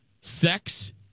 sex